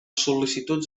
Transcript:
sol·licituds